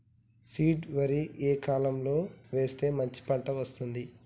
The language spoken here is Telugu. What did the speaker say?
సీడ్ వరి ఏ కాలం లో వేస్తే మంచి పంట వస్తది?